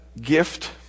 gift